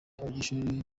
abanyeshuri